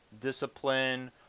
discipline